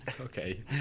Okay